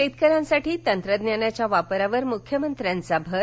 शेतकऱ्यांसाठी तंत्रज्ञानाच्या वापरावर मुख्यमंत्र्यांचा भर